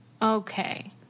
Okay